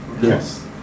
Yes